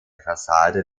fassade